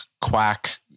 quack